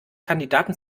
kandidaten